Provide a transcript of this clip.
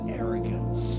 arrogance